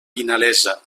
vinalesa